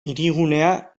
hirigunea